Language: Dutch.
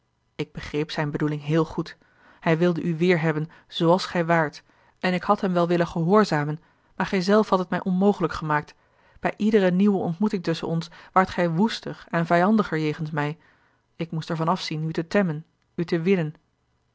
ik begreep zijne bedoeling heel goed hij wilde u weêrhebben zals gij waart en ik had hem wel willen gehoorzamen maar gij zelf had het mij onmogelijk gemaakt bij iedere nieuwe ontmoeting tusschen ons waart gij woester en vijandiger jegens mij ik moest er van afzien u te temmen u te winnen